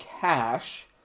Cash